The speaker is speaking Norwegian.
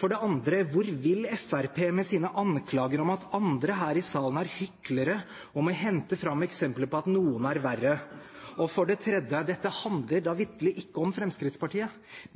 For det andre: Hvor vil Fremskrittspartiet med sine anklager om at andre her i salen er hyklere, og de så må hente fram eksempler på at noen er verre? Og for det tredje: Dette handler da vitterlig ikke om Fremskrittspartiet.